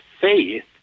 faith